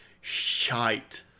shite